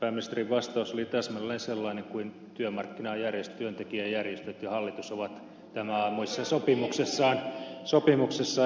pääministerin vastaus oli täsmälleen sellainen kuin työmarkkinajärjestöt työntekijäjärjestöt ja hallitus ovat tämänaamuisessa sopimuksessaan hyväksyneet